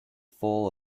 full